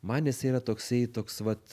man jisai yra toksai toks vat